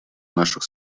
наших